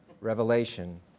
Revelation